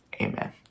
amen